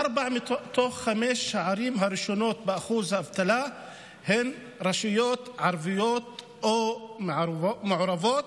ארבע מתוך חמש הערים הראשונות הן רשויות ערביות או מעורבות.